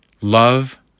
Love